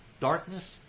darkness